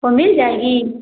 वह मिल जाएगी